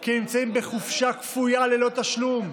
כי הם נמצאים בחופשה כפויה ללא תשלום,